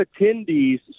attendees